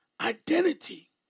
Identity